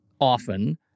Often